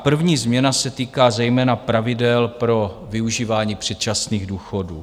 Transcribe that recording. První změna se týká zejména pravidel pro využívání předčasných důchodů.